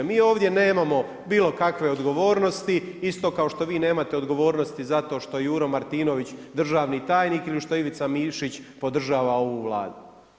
Mi ovdje nemamo bilokakav odgovornosti isto kao što vi nemate odgovornosti zato što je Juro Martinović državni tajnik ili što Ivica Mišić podržava ovu Vladu.